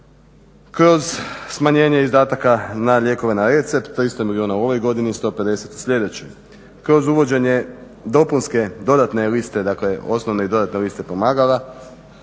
Kroz smanjenje izdataka na lijekove na recept 300 milijuna u ovoj godini, 150 u sljedećoj. Kroz uvođenje dopunske dodatne liste, dakle osnovne i dodatne liste pomagala,